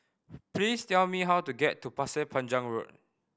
please tell me how to get to Pasir Panjang Road